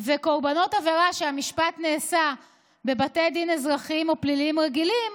קורבנות עבירה שהמשפט נעשה בבתי דין אזרחיים או פליליים רגילים,